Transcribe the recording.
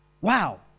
Wow